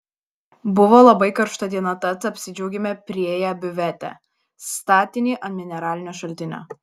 buvo labai karšta diena tad apsidžiaugėme priėję biuvetę statinį ant mineralinio šaltinio